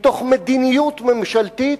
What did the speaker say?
מתוך מדיניות ממשלתית.